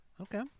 okay